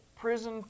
prison